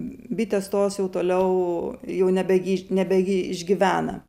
bitės tos jau toliau jau nebe giš nebe gi išgyvena